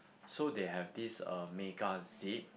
so they have this uh mega zip